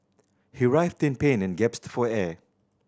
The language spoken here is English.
he writhed in pain and for air